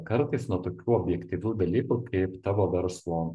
kartais nuo tokių objektyvių dalykų kaip tavo verslo